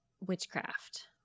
witchcraft